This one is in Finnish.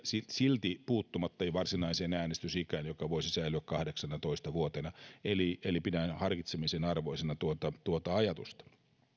silti puuttumatta varsinaiseen äänestysikään joka voisi säilyä kahdeksanatoista vuotena eli eli pidän harkitsemisen arvoisena tuota tuota ajatusta